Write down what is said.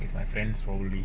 with my friends probably